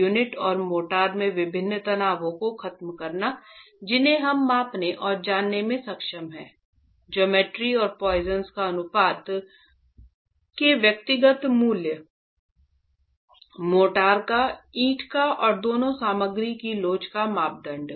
unit और mortar में विभिन्न तनावों को खत्म करना जिन्हें हम मापने और जानने में सक्षम हैं ज्योमेट्री और पोइसन का अनुपात के व्यक्तिगत मूल्य मोर्टार का ईंट का और दोनों सामग्री की लोच का मापदण्ड